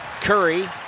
Curry